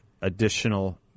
additional